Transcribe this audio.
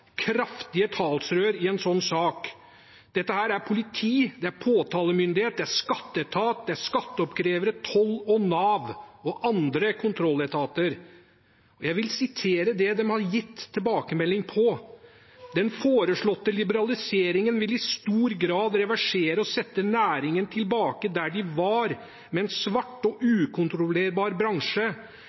kraftige talerør i en sånn sak, som politi, påtalemyndighet, skatteetat, skatteoppkrevere, toll, Nav og andre kontrolletater. Jeg vil sitere det de har gitt tilbakemelding om: «Denne foreslåtte liberaliseringen vil i stor grad reversere og sette næringen tilbake der de var med en svart og ukontrollerbar bransje.